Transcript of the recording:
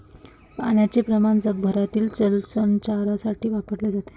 पाण्याचे प्रमाण जगभरातील जलचरांसाठी वापरले जाते